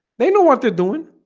they know what they're doing.